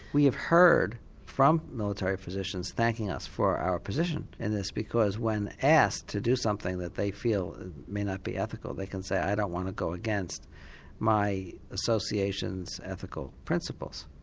we have heard from military physicians thanking us for our position, and it's because when asked to do something that they feel may not be ethical they can say i don't want to go against my association's ethical principles.